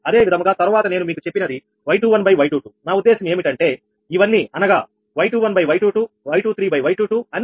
అదే విధముగా తరువాత నేను మీకు చెప్పినది 𝑌21𝑌22 నా ఉద్దేశం ఏమిటంటే ఇవన్నీ అనగా 𝑌21𝑌22𝑌23𝑌22 అన్ని మీరు లెక్కించాలి